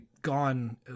gone